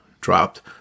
dropped